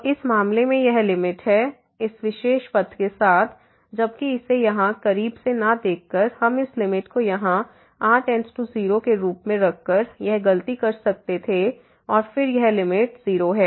तो इस मामले में यह लिमिट है इस विशेष पथ के साथ जबकि इसे यहां करीब से न देखकर हम इस लिमिट को यहां r→0 के रूप में रखकर यह गलती कर सकते थे और फिर यह लिमिट 0 है